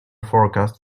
forecast